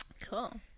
cool